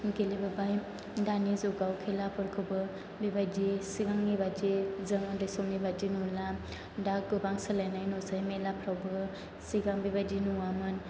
गेलेबोबाय दानि जुगाव खेलाफोरखौबो बेबायदि सिगांनि बायदि जों उन्दै समनि बायदि नुला दा गोबां सोलायनाय नुसै मेलाफ्रावबो सिगां बेबायदि नुवामोन